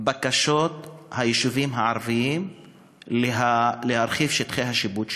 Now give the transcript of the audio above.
בקשות יישובים ערביים להרחיב את שטחי השיפוט שלהם.